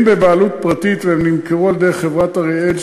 בבעלות פרטית והם נמכרו על-ידי חברת "אריאל",